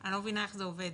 אני לא מבינה איך זה עובד.